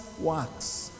works